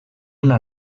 una